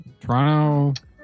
Toronto